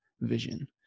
vision